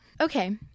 Okay